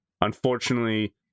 unfortunately